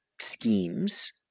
schemes